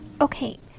Okay